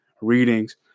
readings